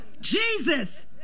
Jesus